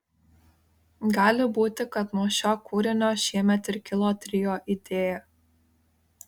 gali būti kad nuo šio kūrinio šiemet ir kilo trio idėja